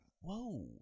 whoa